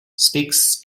speaks